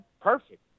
Perfect